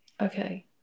Okay